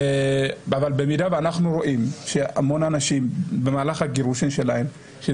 אבל במידה שאנחנו רואים שהמון אנשים במהלך הגירושים שלהם זה